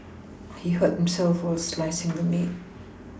he hurt himself while slicing the meat